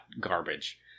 garbage